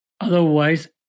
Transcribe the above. Otherwise